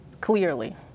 clearly